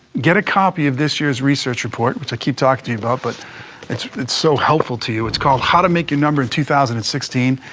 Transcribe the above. get a copy of this year's research report, which i keep talking to you about, but it's it's so helpful to you. it's called how to make a number two thousand and sixteen,